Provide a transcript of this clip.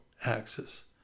axis